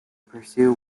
pursue